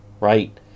right